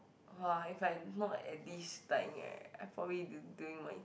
uh if I not at this time right I probably do doing my